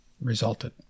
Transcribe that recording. resulted